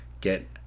get